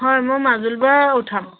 হয় মই মাজুলী পৰা উঠাম